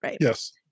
yes